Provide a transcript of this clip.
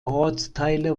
ortsteile